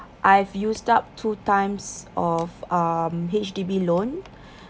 I've used up two times of um H_D_B loan